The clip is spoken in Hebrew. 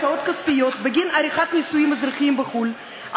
הצעת חוק החזר הוצאות כספיות בגין עריכת נישואין אזרחיים בחו"ל,